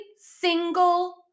single